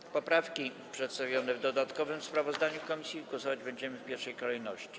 Nad poprawkami przedstawionymi w dodatkowym sprawozdaniu komisji głosować będziemy w pierwszej kolejności.